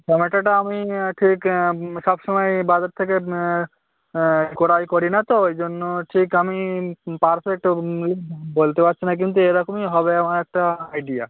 টমেটোটা আমি ঠিক সব সময় এ বাজার থেকে ক্রয় করি না তো ওই জন্য ঠিক আমি পারফেক্ট ওকম ওই বলতে পারছি না কিন্তু এরকমই হবে আমার একটা আইডিয়া